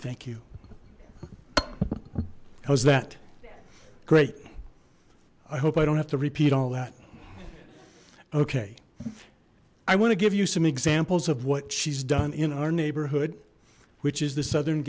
thank you how's that great i hope i don't have to repeat all that okay i want to give you some examples of what she's done in our neighborhood which is the southern